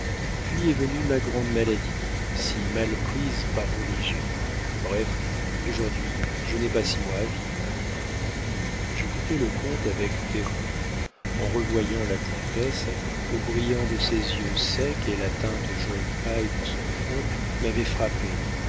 puis est venue ma grande maladie si mal prise par origet bref aujourd'hui je n'ai pas six mois à vivre j'écoutais le comte avec terreur en revoyant la comtesse le brillant de ses yeux secs et la teinte jaune paille de son front m'avaient frappé